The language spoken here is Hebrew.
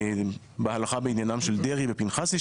בהלכה בעניינם של דרעי ופנחסי,